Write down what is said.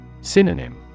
Synonym